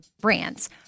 brands